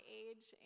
age